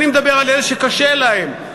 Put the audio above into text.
אני מדבר על אלה שקשה להם,